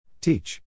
Teach